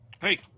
Hey